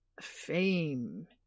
fame